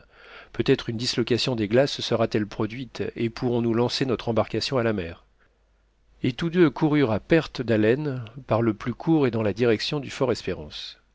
peut-être une dislocation des glaces se sera-t-elle produite et pourrons-nous lancer notre embarcation à la mer et tous deux coururent à perte d'haleine par le plus court et dans la direction du